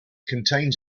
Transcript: contains